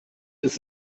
ist